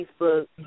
Facebook